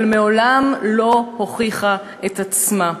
אבל מעולם לא הוכיחה את עצמה.